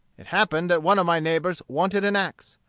it happened that one of my neighbors wanted an axe.